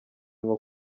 nko